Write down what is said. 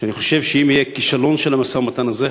אני חושב שאם יהיה כישלון של המשא-ומתן הזה,